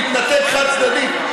להתנתק חד-צדדית,